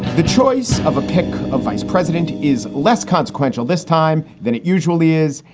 the choice of a pick of vice president is less consequential this time than it usually is.